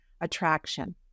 attraction